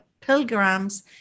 pilgrims